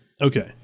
Okay